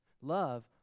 Love